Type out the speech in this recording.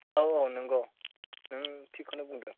औ औ नोंगौ नों थिगखौनो बुंदों